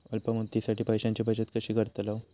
अल्प मुदतीसाठी पैशांची बचत कशी करतलव?